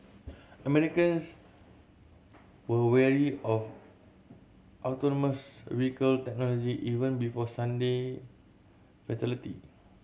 Americans were wary of autonomous vehicle technology even before Sunday fatality